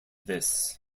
this